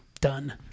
done